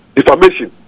information